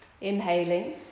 Inhaling